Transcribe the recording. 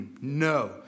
no